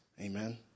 Amen